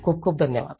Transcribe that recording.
खूप खूप धन्यवाद